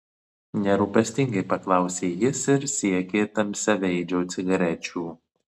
nerūpestingai paklausė jis ir siekė tamsiaveidžio cigarečių